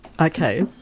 Okay